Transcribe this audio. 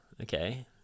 okay